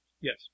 Yes